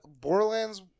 Borderlands